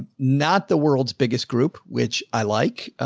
not the world's biggest group, which i like. ah,